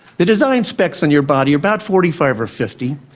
the design specs on your body are about forty five or fifty.